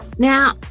Now